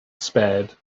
spared